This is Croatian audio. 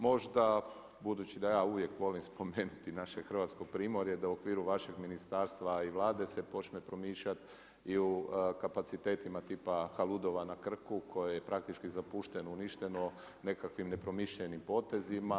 Možda, budući da ja uvijek volim spomenuti naše Hrvatsko primorje da u okviru vašeg ministarstva i Vlade se počne promišljati i u kapacitetima tipa Haludova na Krku koji je praktički zapušteno, uništeno nekakvim nepromišljenim potezima.